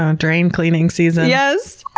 um drain cleaning season. yes!